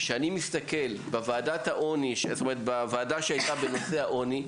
כשאני מסתכל בוועדה שהקמת בנושא העוני,